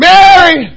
Mary